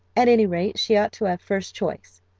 at any rate she ought to have first choice.